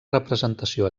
representació